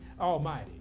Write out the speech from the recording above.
almighty